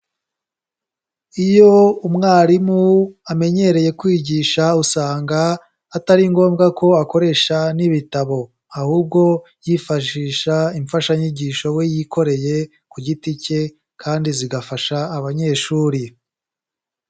Iyo umwarimu amenyereye kwigisha usanga atari ngombwa ko akoresha n'ibitabo ahubwo yifashisha imfashanyigisho we yikoreye ku giti cye kandi zigafasha abanyeshuri.